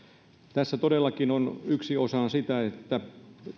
tässä todellakin yksi osa on se että